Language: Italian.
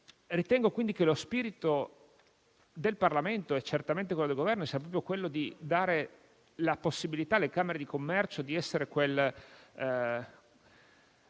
Ritengo, quindi, che lo spirito del Parlamento e certamente quello Governo sia proprio quello di dare la possibilità alle camere di commercio di rappresentare